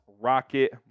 Rocket